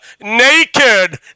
naked